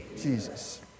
Jesus